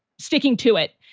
sticking to it,